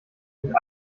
sind